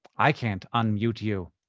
i can't unmute you.